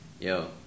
yo